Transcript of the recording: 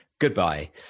goodbye